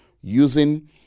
using